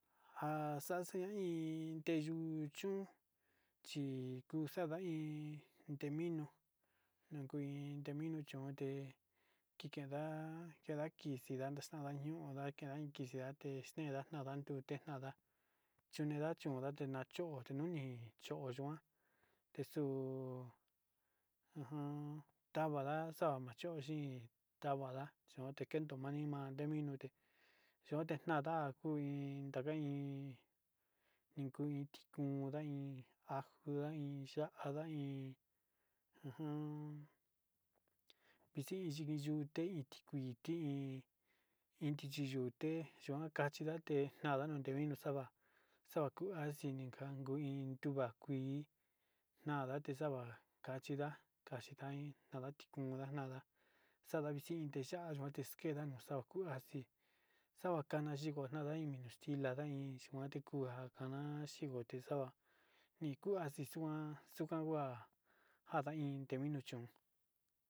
Ja'a xaxaí inteyu chón chikuxada iin, mino nakuu iin nrute mino chón ante kikenda kiteda kixi kanda ñuu ndakinda nde dexteda nada rute nada chenda chonda tenda chote nuu nii nduyuan texuu ujun tavanda xa'a machoxi tavada oti kendomi té minote yuan tikuanda ndakuin ndakain nikutikunda iin akunda iin ya'á nga iin, iin ujun vixii ine yute tikuin ti'í iin kiti yute yuan katinda té nava kunte nii xava xuu uha kitinga njua kuian kuii hi nada te xava'a kachina kachitaí tavatikunda nada xa'a xii tiyua yuté ixkeda tikuan xii yo'o kana yikon kana iin tikaxtila inda iin xhinotikua nama'a njotexua nikuaxixuan tukuan kua njada iin tinu chón.